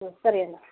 ಹ್ಞೂ ಸರಿ ಅಣ್ಣ